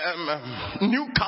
Newcastle